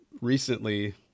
recently